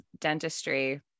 dentistry